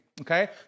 okay